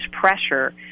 pressure